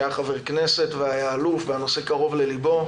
שהיה חבר כנסת והיה אלוף והנושא קרוב לליבו.